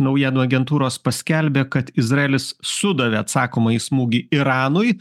naujienų agentūros paskelbė kad izraelis sudavė atsakomąjį smūgį iranui